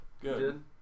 Good